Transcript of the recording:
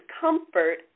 comfort